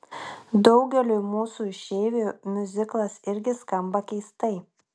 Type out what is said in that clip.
daugeliui mūsų išeivių miuziklas irgi skamba keistai